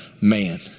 man